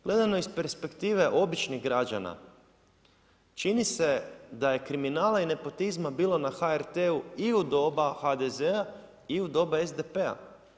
Gledano iz perspektive običnih građana čini se da je kriminala i nepotizma bilo na HRT-u i u doba HDZ-a i u doba SDP-a.